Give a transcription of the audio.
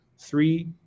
three